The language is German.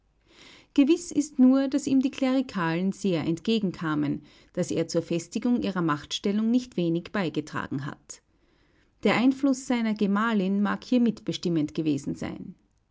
gewiß ist nur daß ihm die klerikalen sehr entgegenkamen daß er zur festigung ihrer machtstellung nicht wenig beigetragen hat der einfluß seiner gemahlin mag hier mitbestimmend gewesen sein